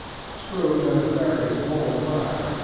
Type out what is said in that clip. scrooge had a very small fire,